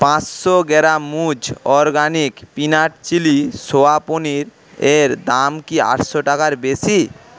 পাঁচশো গ্রাম organic peanut chilli soya paneer এর দাম কি আটশো টাকার বেশি